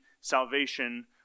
salvation